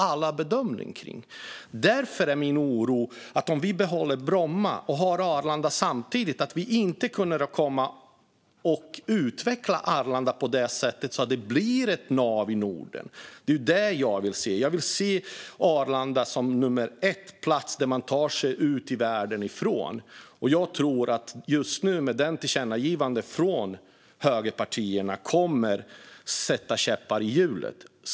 Alla gör den bedömningen. Därför är min oro att om vi behåller Bromma och samtidigt har Arlanda kommer vi inte att kunna utveckla Arlanda till att bli ett nav i Norden. Det är det jag vill se. Jag vill se Arlanda som plats nummer ett från vilken man tar sig ut i världen. Jag tror just nu att tillkännagivandet från högerpartierna kommer att sätta käppar i hjulet.